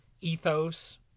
ethos